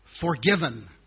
forgiven